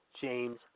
James